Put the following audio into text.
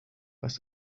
was